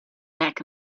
back